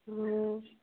हँ